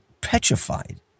petrified